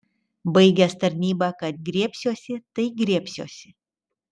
baigęs tarnybą kad griebsiuosi tai griebsiuosi